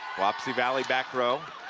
wapsie valley, back row.